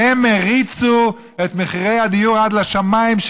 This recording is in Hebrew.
הם הריצו את מחירי הדיור עד לשמיים,